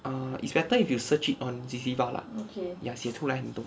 err it's better if you search it on ziva lah ya 写出来很多